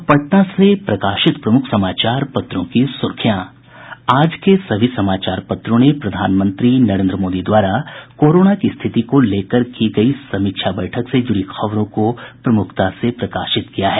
अब पटना से प्रकाशित प्रमुख समाचार पत्रों की सुर्खियां आज के सभी समाचार पत्रों ने प्रधानमंत्री नरेन्द्र मोदी द्वारा कोरोना की स्थिति को लेकर की गयी समीक्षा बैठक से जुड़ी खबरों को प्रमुखता से प्रकाशित किया है